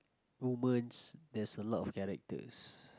woman's there's a lot of characters